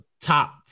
top